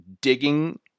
digging